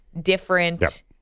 different